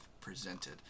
presented